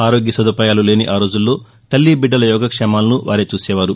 ఆరోగ్య సదుపాయాలు లేని ఆ రోజుల్లో తల్లీబిడ్డల యోగక్షేమాలను వారే చూసేవారు